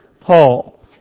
Paul